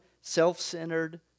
self-centered